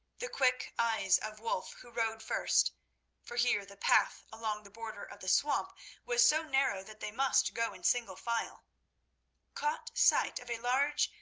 the quick eyes of wulf, who rode first for here the path along the border of the swamp was so narrow that they must go in single file caught sight of a large,